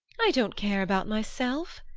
i don't care about myself!